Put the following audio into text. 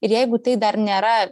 ir jeigu tai dar nėra